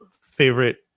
favorite